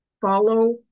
Follow